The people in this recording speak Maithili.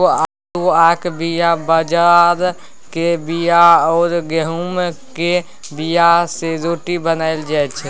मरुआक बीया, बजराक बीया आ गहुँम केर बीया सँ रोटी बनाएल जाइ छै